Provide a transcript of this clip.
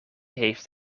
heeft